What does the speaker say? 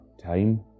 time